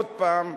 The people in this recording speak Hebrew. עוד פעם,